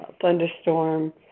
thunderstorm